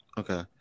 Okay